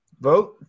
Vote